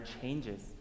changes